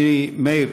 אני, מאיר,